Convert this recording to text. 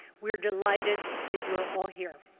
we are delighted that you are all here.